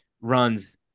runs